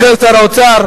סגן שר האוצר,